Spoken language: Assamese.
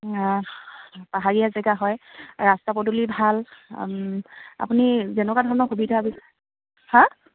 পাহাৰীয়া জেগা হয় ৰাস্তা পদূলি ভাল আপুনি যেনেকুৱা ধৰণৰ সুবিধা বিচাৰে হা